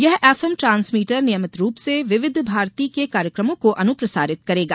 यह FM transmitter नियमित रूप से विविध भारती के कार्यक्रमों को अनुप्रसारित करेगा